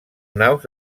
naus